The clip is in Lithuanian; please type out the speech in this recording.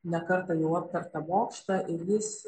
ne kartą jau aptartą bokštą ir vis